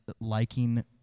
liking